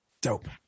dope